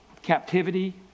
Captivity